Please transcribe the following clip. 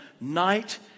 night